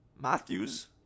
Matthews